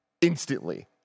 instantly